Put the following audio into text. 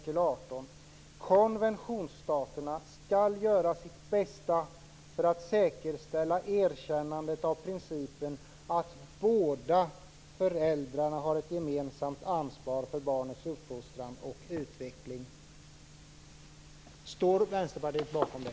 Det står: "- konventionsstaterna skall göra sitt bästa för att säkerställa erkännandet av principen att båda föräldrarna har ett gemensamt ansvar för barnens uppfostran och utveckling." Står Vänsterpartiet bakom det?